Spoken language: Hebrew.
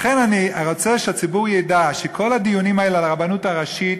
לכן אני רוצה שהציבור ידע שכל הדיונים האלה על הרבנות הראשית